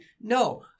No